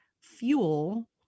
fuel